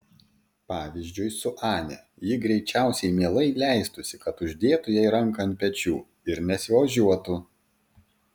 pavyzdžiui su ane ji greičiausiai mielai leistųsi kad uždėtų jai ranką ant pečių ir nesiožiuotų